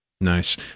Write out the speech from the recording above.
Nice